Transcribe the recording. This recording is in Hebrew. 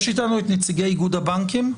יש איתנו את נציגי איגוד הבנקים?